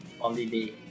holiday